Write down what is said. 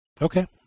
Okay